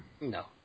No